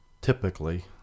typically